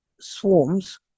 swarms